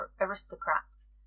aristocrats